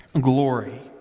glory